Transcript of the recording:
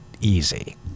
easy